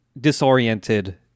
disoriented